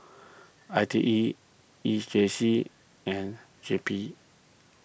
I T E E J C and J P